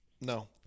No